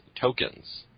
tokens